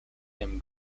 him